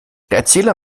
erzähler